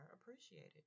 appreciated